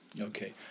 Okay